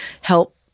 help